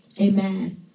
Amen